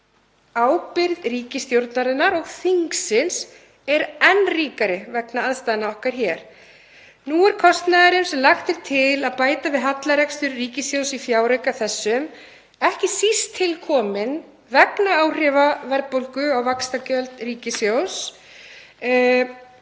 Ábyrgð ríkisstjórnarinnar og þingsins er enn ríkari vegna aðstæðna okkar hér. Nú er kostnaðurinn sem lagt er til að bæta við hallarekstur ríkissjóðs í fjárauka þessum ekki síst til kominn vegna áhrifa verðbólgu á vaxtagjöld ríkissjóðs.